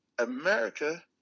America